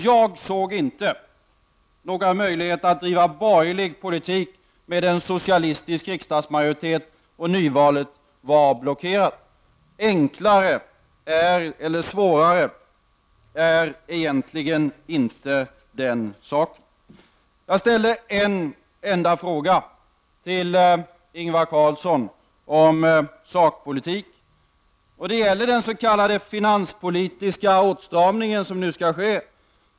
Jag såg inte några möjligheter att driva en borgerlig politik med en socialistisk riksdagsmajoritet, och nyvalet var blockerat. Svårare är egentligen inte den saken. Jag ställde en enda fråga till Ingvar Carlsson om sakpolitik. Det gällde den s.k. finanspolitiska åtstramning som nu skall ske.